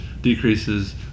decreases